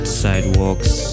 sidewalks